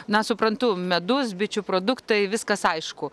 na suprantu medus bičių produktai viskas aišku